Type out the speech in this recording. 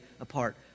apart